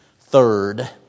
Third